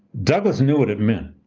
douglass knew what it meant.